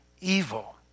evil